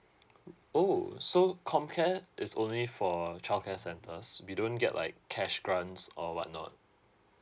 oh so comcare it's only for childcare centres we don't get like cash grants or whatnot